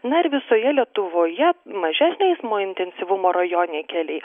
na ir visoje lietuvoje mažesnio eismo intensyvumo rajoniniai keliai